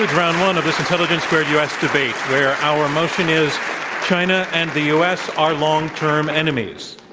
round one of this intelligence squared u. s. debate, where our motion is china and the u. s. are long-term enemies.